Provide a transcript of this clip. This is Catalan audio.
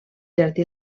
jardí